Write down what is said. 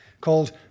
called